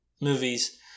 movies